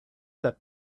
that